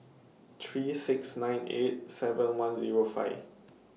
three six nine eight seven one Zero five